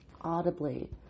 audibly